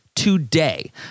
today